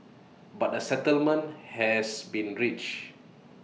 but A settlement has been reached